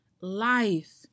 life